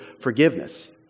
forgiveness